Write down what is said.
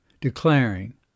declaring